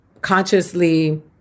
consciously